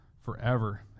forever